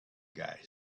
guy